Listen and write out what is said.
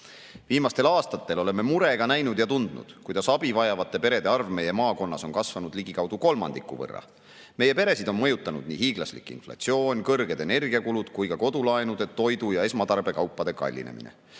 Viimastel aastatel oleme murega näinud ja tundnud, kuidas abi vajavate perede arv meie maakonnas on kasvanud ligikaudu kolmandiku võrra. Meie peresid on mõjutanud nii hiiglaslik inflatsioon, kõrged energiakulud kui ka kodulaenude, toidu ja esmatarbekaupade kallinemine.